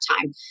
time